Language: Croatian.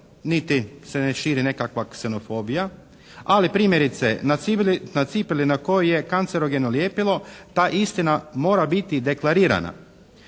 niti se ne širi nekakva ksenofobija, ali primjerice, na cipeli na kojoj je kancerogeno lijepilo ta istina mora biti deklarirana.